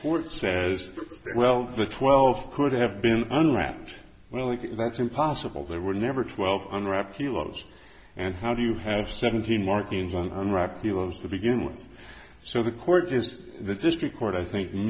court says well the twelve could have been unwrapped well like that's impossible there were never twelve unwrapped kilos and how do you have seventeen markings on unwrapped dealers to begin with so the court is the district court i think